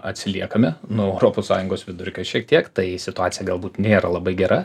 atsiliekame nuo europos sąjungos vidurkio šiek tiek tai situacija galbūt nėra labai gera